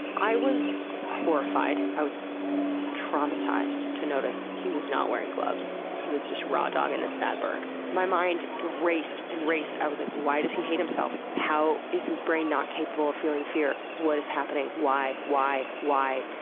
i was horrified, i was traumatized to notice he was not wearing gloves. he was just raw-doggin' this fatberg! my mind raced and raced, i was like, why does he hate himself? how is his brain not capable of feeling fear? what is happening? why? why? why?